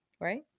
Right